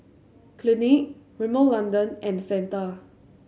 Clinique Rimmel London and Fanta